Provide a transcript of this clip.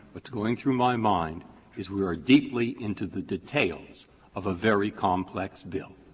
what's going through my mind is we are deeply into the details of a very complex bill.